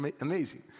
Amazing